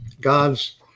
God's